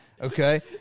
okay